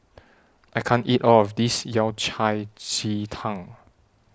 I can't eat All of This Yao Cai Ji Tang